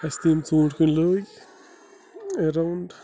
اَسہِ تہِ یِم ژوٗنٛٹھۍ کُلۍ لٲگۍ اٮ۪راوُنٛڈ